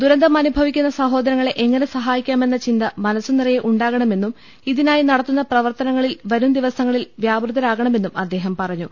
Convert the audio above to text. ദുരന്തം അനുഭവിക്കുന്ന സഹോദരങ്ങളെ എങ്ങനെ സഹാ യിക്കാമെന്ന ചിന്ത മനസ്സുനിറയെ ്ഉണ്ടാകണമെന്നും ഇതി നായി നടത്തുന്ന പ്രവർത്തനങ്ങളിൽ വരും ദിവസങ്ങളിൽ വ്യാപൃതരാകരണമെന്നും അദ്ദേഹം പറഞ്ഞു